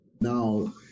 Now